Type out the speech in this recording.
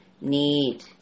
need